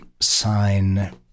sign